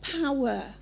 power